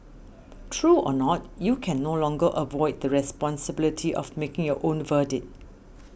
true or not you can no longer avoid the responsibility of making your own verdict